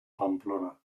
pamplona